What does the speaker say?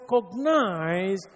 recognize